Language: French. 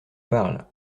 parle